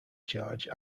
charge